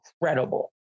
incredible